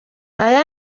aya